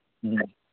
ꯎꯝ